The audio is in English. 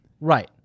Right